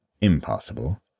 Impossible